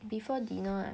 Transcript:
before dinner lah